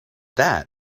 that